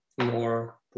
more